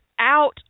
out